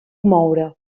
moure